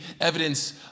evidence